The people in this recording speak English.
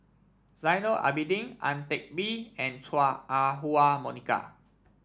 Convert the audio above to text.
Zainal Abidin Ang Teck Bee and Chua Ah Huwa Monica